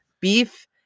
beef